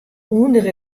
under